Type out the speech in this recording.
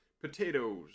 potatoes